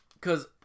cause